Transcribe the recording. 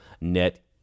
net